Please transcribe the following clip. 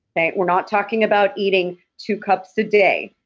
okay. we're not talking about eating two cups a day.